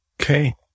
Okay